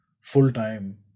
full-time